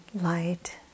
light